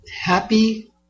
happy